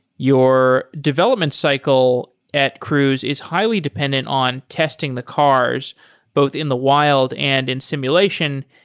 your development cycle at cruise is highly dependent on testing the cars both in the wild and in simulation.